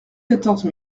quatorze